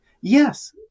Yes